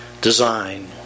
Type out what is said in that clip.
Design